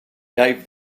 gave